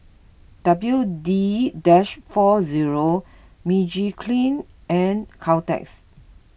W D Dish four zero Magiclean and Caltex